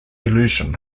illusion